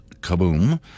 kaboom